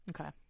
Okay